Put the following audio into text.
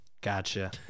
Gotcha